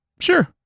Sure